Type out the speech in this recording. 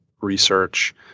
research